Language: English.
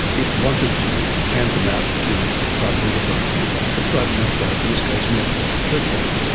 it wanted to hand them out to private enterprise, if you like, but private enterprise in this case meant church bodies.